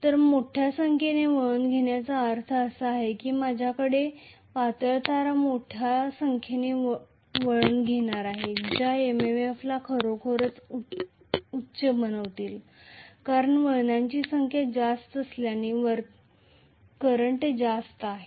तर मोठ्या संख्येने टर्न घेण्याचा अर्थ असा आहे की माझ्याकडे पातळ तारा मोठ्या संख्येने वळण बनवणार आहेत ज्या MMF ला खरोखर उच्च बनवतील कारण वळणांची संख्या जास्त असल्याने करंट जास्त नाही